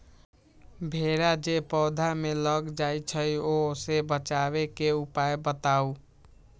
भेरा जे पौधा में लग जाइछई ओ से बचाबे के उपाय बताऊँ?